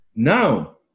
Now